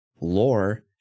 lore